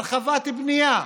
הרחבת בנייה,